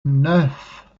neuf